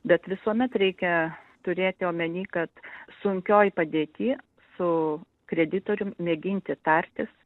bet visuomet reikia turėti omeny kad sunkioj padėty su kreditorium mėginti tartis